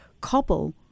cobble